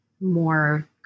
more